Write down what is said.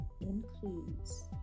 includes